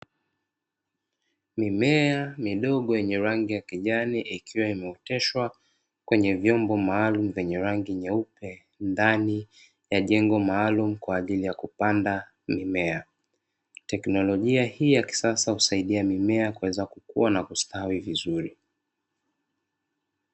Mimea midogo yenye rangi ya kijani ikiwa imeoteshwa kwenye vyombo maalumu vyenye rangi nyeupe ndani ya jengo maalumu kwa ajili ya kupanda mimea. Teknolojia hii ya kisasa husaidia mimea kuweza kukua na kustawi vizuri.